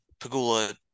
Pagula